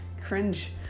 cringe